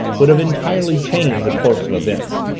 would have entirely changed the course of events.